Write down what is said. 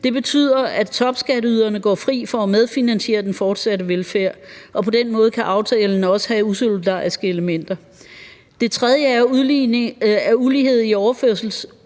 Det betyder, at topskatteyderne går fri for at medfinansiere den fortsatte velfærd, og på den måde kan aftalen også have usolidariske elementer. Det tredje er, at ulighed i overførselsudgifterne